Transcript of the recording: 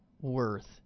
worth